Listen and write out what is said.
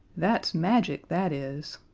that's magic, that is.